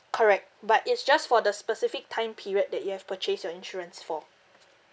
correct but it's just for the specific time period that you have purchased your insurance for